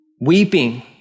weeping